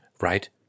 right